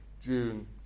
June